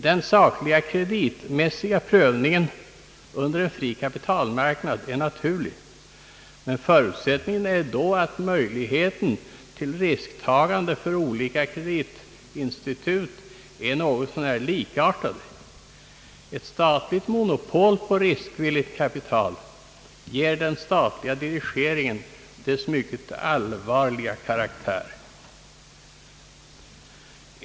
Den sakliga kreditmässiga prövningen under en fri kapitalmarknad är naturlig, men förutsättningen är då att olika kreditinstitut har något så när likartade möjligheter till risktagande. Ett statligt monopol på riskvilligt kapital ger den statliga dirigeringen dess mycket allvarliga karaktär.